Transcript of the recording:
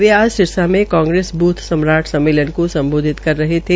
वे आज सिरसा में कांग्रेस ब्थ सम्मेलन को सम्बोधित कर रहे थे